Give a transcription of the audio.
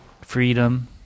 freedom